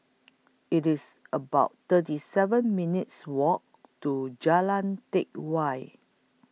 IT IS about thirty seven minutes' Walk to Jalan Teck Whye